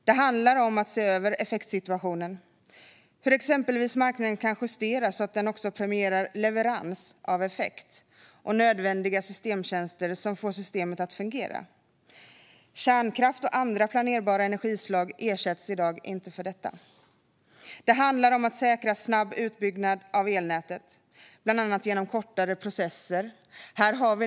Det handlar om att se över effektsituationen, exempelvis hur marknaden kan justeras så att den också premierar leverans av effekt och nödvändiga systemtjänster som får systemet att fungera. Kärnkraft och andra planerbara energislag ersätts i dag inte för detta. Det handlar om att säkra snabb utbyggnad av elnätet, bland annat genom kortare processer.